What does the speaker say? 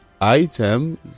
item